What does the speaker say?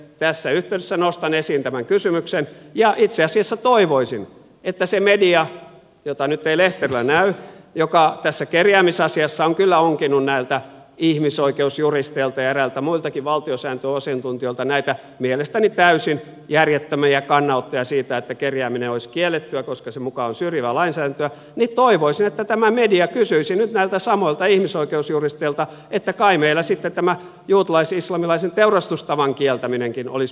tässä yhteydessä nostan esiin tämän kysymyksen ja itse asiassa toivoisin että se media jota nyt ei lehterillä näy joka tässä kerjäämisasiassa on kyllä onkinut näiltä ihmisoikeusjuristeilta ja eräiltä muiltakin valtiosääntöasiantuntijoilta näitä mielestäni täysin järjettömiä kannanottoja siitä ettei kerjäämistä voisi kieltää koska se muka on syrjivää lainsäädäntöä tämä media kysyisi nyt näiltä samoilta ihmisoikeusjuristeilta että kai meillä sitten tämä juutalais islamilaisen teurastustavan kieltäminenkin olisi perustuslain vastaista